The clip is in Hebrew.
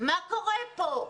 מה קורה כאן?